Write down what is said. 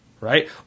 Right